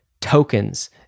tokens